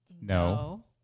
No